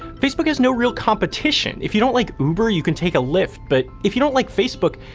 facebook has no real competition. if you don't like uber, you can take a lyft. but, if you don't like facebook,